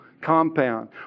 compound